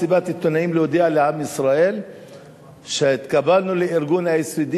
מסיבת עיתונאים להודיע לעם ישראל שהתקבלנו ל-OECD,